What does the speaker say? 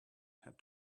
had